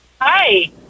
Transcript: Hi